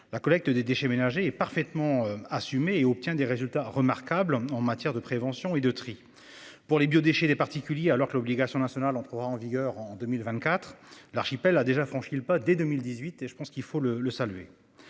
la collecte des déchets ménagers et parfaitement assumée et obtient des résultats remarquables en matière de prévention et de tri pour les biodéchets des particuliers alors que l'obligation nationale entrera en vigueur en 2024, l'archipel a déjà franchi le pas dès 2018 et je pense qu'il faut le saluer.